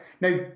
Now